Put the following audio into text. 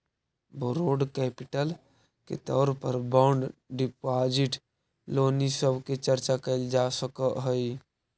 borrowed capital के तौर पर बॉन्ड डिपाजिट लोन इ सब के चर्चा कैल जा सकऽ हई